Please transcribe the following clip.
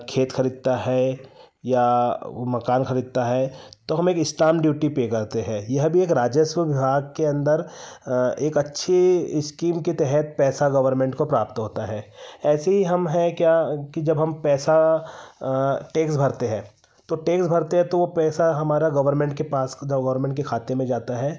खेत खरीदता है या वह मकान खरीदता है तो हम एक स्टाम्प ड्यूटी पर करते हैं यह भी एक राजस्व विभाग के अंदर एक अच्छी स्कीम के तहत पैसा गवर्नमेंट को प्राप्त होता है ऐसे ही हम है क्या कि जब हम पैसा टैक्स भरते हैं तो टैक्स भरते हैं तो वह पैसा हमारा गवर्नमेंट के पास गवर्नमेंट के खाते में जाता है